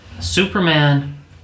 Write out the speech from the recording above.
Superman